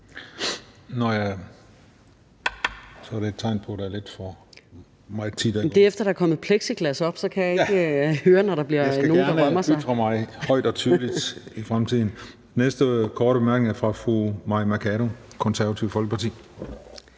næste korte bemærkning er fra fru Mai Mercado, Det Konservative Folkeparti.